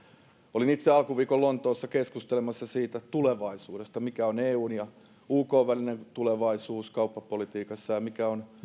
olin itse alkuviikon lontoossa keskustelemassa siitä tulevaisuudesta mikä on eun ja ukn välinen tulevaisuus kauppapolitiikassa ja mikä on